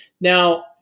Now